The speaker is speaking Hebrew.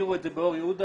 הזכירו את זה באור יהודה,